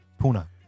Puna